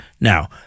Now